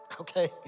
okay